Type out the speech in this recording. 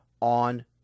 on